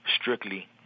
strictly